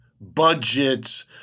budgets